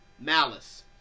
malice